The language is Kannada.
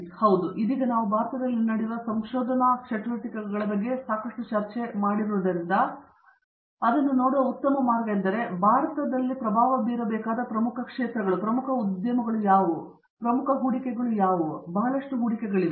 ದೇಶ್ಪಾಂಡೆ ಒಳ್ಳೆಯದು ಹೌದು ಇದೀಗ ನಾವು ಭಾರತದಲ್ಲಿ ಮಾಡುವ ಸಂಶೋಧನಾ ಚಟುವಟಿಕೆಗಳ ಬಗ್ಗೆ ಸಾಕಷ್ಟು ಚರ್ಚೆಗಳು ನಡೆದಿರುವುದರಿಂದ ಅದನ್ನು ನೀವು ನೋಡಲು ಉತ್ತಮವಾದ ಮಾರ್ಗವೆಂದರೆ ಭಾರತವು ಪ್ರಭಾವ ಬೀರಬೇಕಾದ ಪ್ರಮುಖ ಕ್ಷೇತ್ರಗಳು ಮತ್ತು ಹೂಡಿಕೆ ಅದು ಬಹಳಷ್ಟು ರೀತಿಯದ್ದಾಗಿದೆ